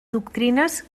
doctrines